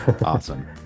Awesome